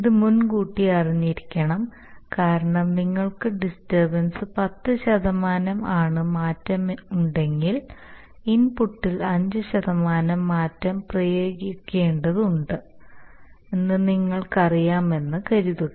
ഇത് മുൻകൂട്ടി അറിഞ്ഞിരിക്കണം കാരണം നിങ്ങൾക്ക് ഡിസ്റ്റർബൻസ് പത്ത് ശതമാനം ആണ് മാറ്റമുണ്ടെങ്കിൽ ഇൻപുട്ടിൽ അഞ്ച് ശതമാനം മാറ്റം പ്രയോഗിക്കേണ്ടതുണ്ടെന്ന് നിങ്ങൾക്കറിയാമെന്ന് കരുതുക